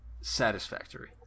satisfactory